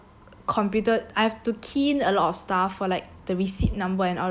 computer I have to key in a lot of stuff for like the receipt number and all those stuff